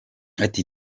ati